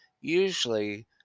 Usually